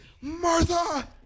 Martha